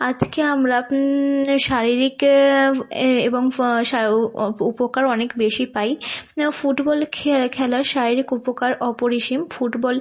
আজকে আমরা শারীরিক এবং উপকার অনেক বেশি পাই ফুটবল খেলার শারীরিক উপকার অপরিসীম ফুটবল